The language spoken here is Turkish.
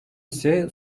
ise